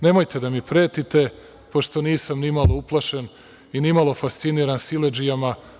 Nemojte da mi pretite, pošto nisam nimalo uplašen i nimalo fasciniran siledžijama.